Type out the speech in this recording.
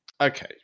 Okay